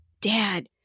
Dad